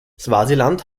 swasiland